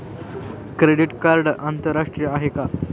Credit card आंतरराष्ट्रीय आहे का?